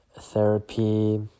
therapy